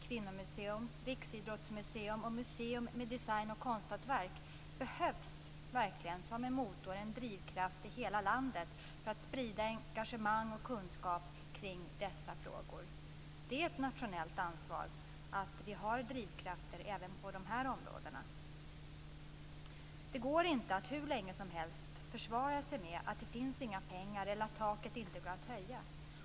Kvinnomuseum, riksidrottsmuseum och museum med design och konsthantverk behövs verkligen som en motor och en drivkraft i hela landet för att sprida engagemang och kunskap kring dessa frågor. Det är ett nationellt ansvar att vi har drivkrafter även på de här områdena. Det går inte att hur länge som helst försvara sig med att det inte finns några pengar eller att taket inte går att höja.